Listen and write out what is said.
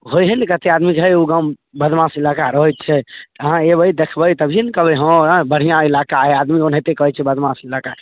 हो हे नहि कतेक आदमीके हइ ओ गाममे बदमाश इलाका रहै छै अहाँ अएबै देखबै तभिए ने कहबै हँ बढ़िआँ इलाका हइ आदमी ओनाहिते कहै छै बदमाश इलाका